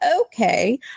Okay